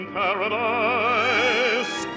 paradise